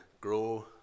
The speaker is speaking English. grow